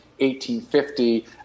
1850